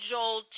Joel